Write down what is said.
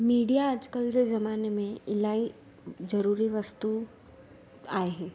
media अॼु कल्ह जे ज़माने में इलाही ज़रूरी वस्तू आहे